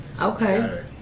Okay